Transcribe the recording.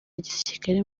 gisirikari